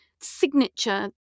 signature